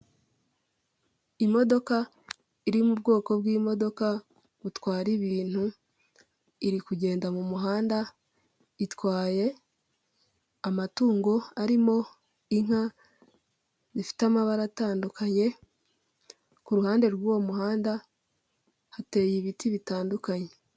Imodoka iri mu bwoko bw'imodoka butwara ibintu; iri kugenda mu muhanda itwaye amatungo arimo inka zifite amabara atandukanye; ku ruhande rw'uwo muhanda hateye ibiti bitandukanye.